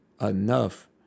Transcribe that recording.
enough